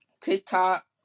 TikTok